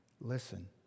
listen